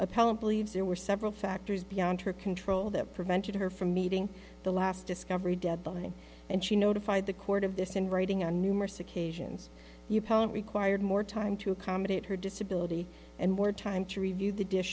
appellant believes there were several factors beyond her control that prevented her from meeting the last discovery deadline and she notified the court of this in writing on numerous occasions required more time to accommodate her disability and more time to review the dish